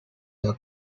are